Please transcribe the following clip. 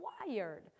required